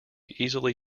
easily